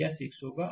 यह 6 होगा